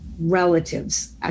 relatives